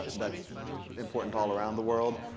that's important all around the world.